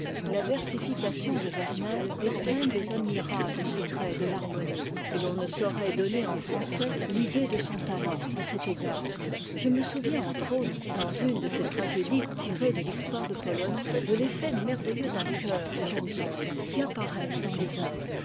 la versification de werner est pleine des admirables secrets de l'harmonie et l'on ne saurait donner en français l'idée de son talent à cet égard je me souviens entre autres dans une de ses tragédies tirées de l'histoire de pologne de l'effet merveilleux d'un chœur de jeunes ombres qui apparaissent dans les airs